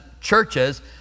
churches